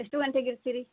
ಎಷ್ಟು ಗಂಟೆಗೆ ಇರ್ತೀರಿ